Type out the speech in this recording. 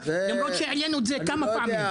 למרות שהעלינו את זה כבר כמה פעמים.